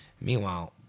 Meanwhile